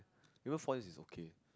even four years is okay